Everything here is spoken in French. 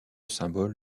symbole